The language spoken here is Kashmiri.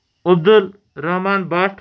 عبدالرحمٰن بٹ